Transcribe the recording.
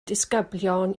disgyblion